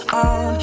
on